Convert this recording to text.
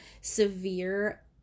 severe